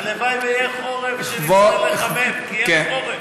הלוואי שיהיה חורף ונצטרך לחמם, כי אין חורף.